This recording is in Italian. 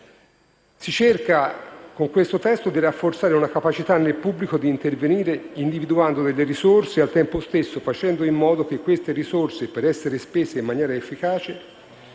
in esame si cerca di rafforzare una capacità nel pubblico di intervenire individuando delle risorse e al tempo stesso facendo in modo che queste risorse, per essere spese in maniera efficace,